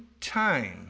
time